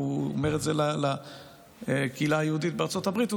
הוא אומר את זה לקהילה היהודית בארצות הברית,